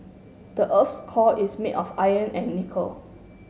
the earth's core is made of iron and nickel